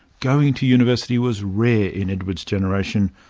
going to university was rare in edward's generation,